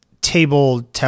table